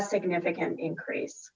a significant increase